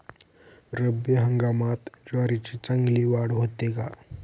रब्बी हंगामात ज्वारीची चांगली वाढ होते का?